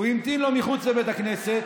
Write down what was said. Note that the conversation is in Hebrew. הוא המתין לו מחוץ לבית הכנסת,